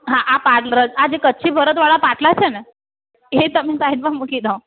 હા આ પાલરજ આ જે કચ્છી ભરતવાળા પાટલા છેને એ તમે સાઇડમાં મૂકી દો